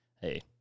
hey